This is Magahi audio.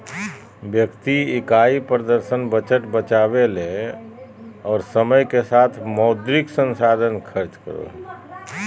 व्यक्ति इकाई प्रदर्शन बजट बचावय ले और समय के साथ मौद्रिक संसाधन खर्च करो हइ